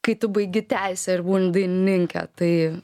kai tu baigi teisę ir būni dainininke tai